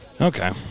Okay